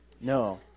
no